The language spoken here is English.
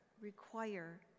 require